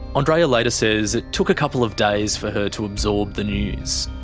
andreea later says it took a couple of days for her to absorb the news.